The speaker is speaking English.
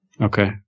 Okay